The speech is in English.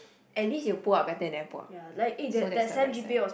at least you pull up better than I pull up so that's the bright side